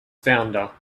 founder